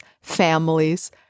families